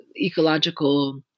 ecological